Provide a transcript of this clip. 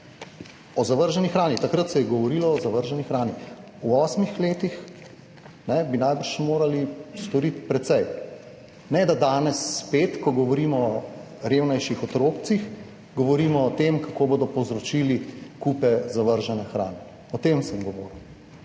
zavržene hrane. Takrat se je govorilo o zavrženi hrani. V osmih letih bi najbrž morali storiti precej. In ne da danes spet, ko govorimo o revnejših otrocih, govorimo o tem, kako bodo povzročili kupe zavržene hrane. O tem sem govoril.